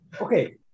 Okay